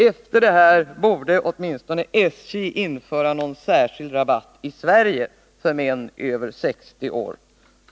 Efter det här borde åtminstone SJ införa någon särskild rabatt i Sverige för män över 60 år.